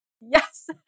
Yes